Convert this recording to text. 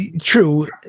true